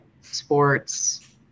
sports